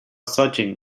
searching